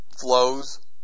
flows